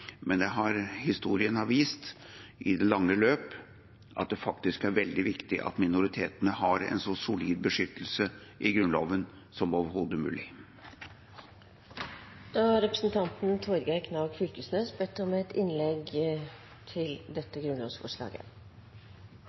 men historien har vist i det lange løp at det faktisk er veldig viktig at minoritetene har en så solid beskyttelse i Grunnloven som overhodet